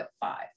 five